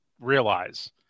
realize